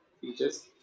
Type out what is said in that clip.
features